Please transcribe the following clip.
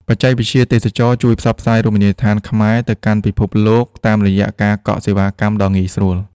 បច្ចេកវិទ្យាទេសចរណ៍ជួយផ្សព្វផ្សាយរមណីយដ្ឋានខ្មែរទៅកាន់ពិភពលោកតាមរយៈការកក់សេវាកម្មដ៏ងាយស្រួល។